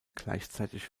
gleichzeitig